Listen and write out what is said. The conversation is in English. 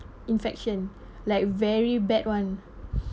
infection like very bad one